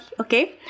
okay